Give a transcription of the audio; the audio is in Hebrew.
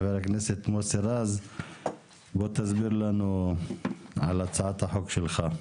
חבר הכנסת מוסי רז בוא תסביר לנו על הצעת החוק שלכם.